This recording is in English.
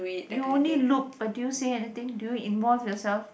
you only look but did you say anything did you involve yourself